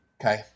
Okay